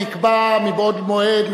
נקבע בעוד מועד,